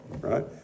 right